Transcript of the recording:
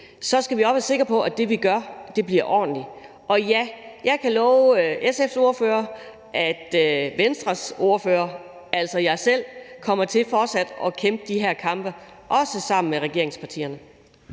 skal vi også være sikre på, at det, vi gør, bliver ordentligt. Og ja, jeg kan love SF's ordfører, at Venstres ordfører, altså jeg selv, kommer til fortsat at kæmpe de her kampe, også sammen med regeringspartierne.